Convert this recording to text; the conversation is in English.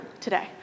today